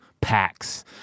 packs